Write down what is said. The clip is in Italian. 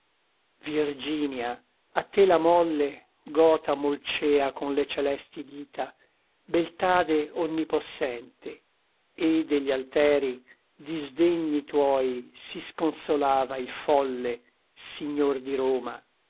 virginia a te la molle gota molcea con le celesti dita beltade onnipossente e degli alteri disdegni tuoi si sconsolava il folle signor di roma